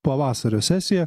pavasario sesiją